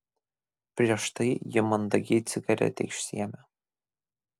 prieš tai ji mandagiai cigaretę išsiėmė